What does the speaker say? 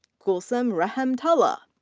kulsum rehemtulla.